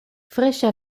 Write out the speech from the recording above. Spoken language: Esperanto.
freŝa